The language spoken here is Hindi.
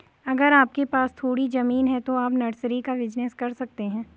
अगर आपके पास थोड़ी ज़मीन है तो आप नर्सरी का बिज़नेस कर सकते है